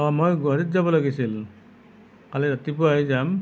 অ মই গুৱাহাটীত যাব লাগিছিল কালি ৰাতিপুৱাই যাম